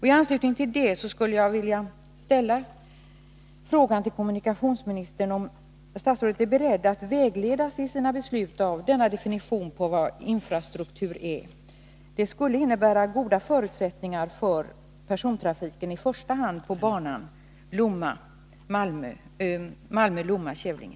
I anslutning till detta skulle jag vilja ställa frågan till kommunikationsministern om han är beredd att i sina beslut vägledas av denna definition av infrastruktur. Det skulle innebära goda förutsättningar för persontrafiken, i första hand på banan Malmö-Lomma-Kävlinge.